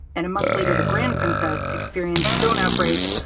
and a month later, the grand princess experienced its own outbreak.